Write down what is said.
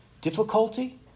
Difficulty